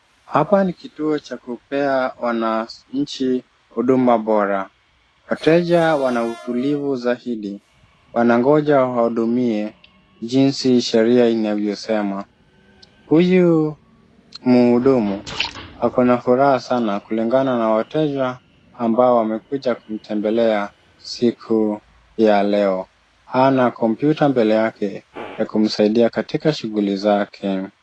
Hapa ni kituo cha kupea wananchi huduma bora, wateja wana utulivu zaidi wanangoja wahudumiwe jinsi sheria inavyosema. Huyu muhudumu ako na furaha sana kulingana na wateja ambao wamekuja kumtembelea siku ya leo. Ana kompyuta mbele yake ya kumsaidia katika shughuli zake.